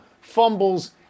fumbles